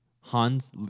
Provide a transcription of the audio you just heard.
Hans